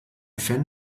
fan